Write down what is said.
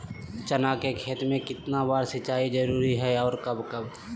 चना के खेत में कितना बार सिंचाई जरुरी है और कब कब?